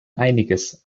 einiges